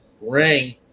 ring